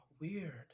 weird